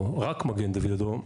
או רק מגן דוד אדום,